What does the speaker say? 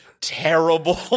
terrible